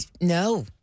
no